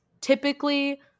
typically